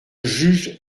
juge